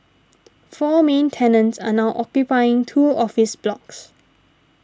four main tenants are now occupying two office blocks